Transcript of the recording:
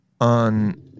On